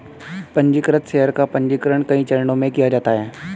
पन्जीकृत शेयर का पन्जीकरण कई चरणों में किया जाता है